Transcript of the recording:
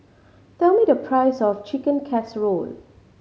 tell me the price of Chicken Casserole